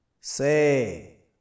Say